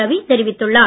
ரவி தெரிவித்துள்ளார்